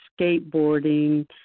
skateboarding